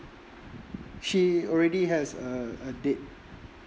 she already has a a date